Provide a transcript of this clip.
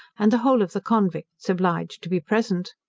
and the whole of the convicts obliged to be present.